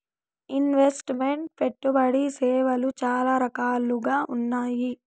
invest meant పెట్టుబడి సేవలు చాలా రకాలుగా ఉన్నాయి